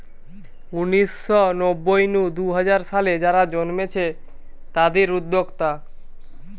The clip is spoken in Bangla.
উনিশ শ নব্বই নু দুই হাজার সালে যারা জন্মেছে তাদির উদ্যোক্তা